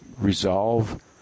resolve